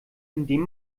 indem